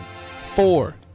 four